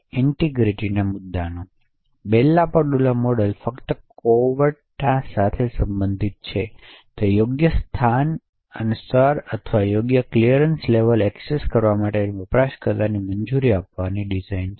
ઇનટીગ્રીટીના મુદ્દાઓ Bell LaPadula model ફક્ત કોવેર્ટતા સાથે સંબંધિત છે તે યોગ્ય સ્થાન સ્તર સાથે યોગ્ય ક્લિઅરન્સ લેવલ એક્સેસ કરવા માટેના વપરાશકર્તાઓને મંજૂરી આપવાની ડિઝાઇન છે